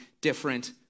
different